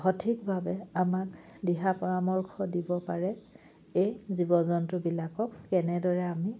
সঠিকভাৱে আমাক দিহা পৰামৰ্শ দিব পাৰে এই জীৱ জন্তুবিলাকক কেনেদৰে আমি